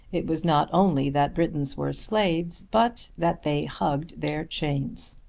it was not only that britons were slaves but that they hugged their chains.